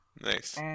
nice